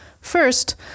First